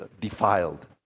defiled